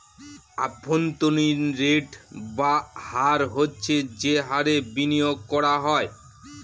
অভ্যন্তরীন রেট বা হার হচ্ছে যে হারে বিনিয়োগ করা হয়